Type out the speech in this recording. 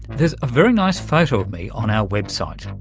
there's a very nice photo of me on our website.